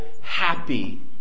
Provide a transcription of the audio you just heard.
happy